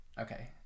Okay